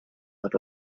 but